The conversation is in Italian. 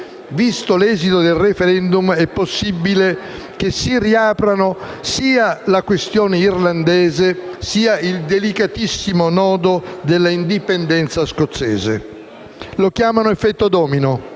visto l'esito del *referendum*, è possibile si riaprano sia la questione irlandese, sia il delicatissimo nodo della indipendenza scozzese. Lo chiamano effetto domino.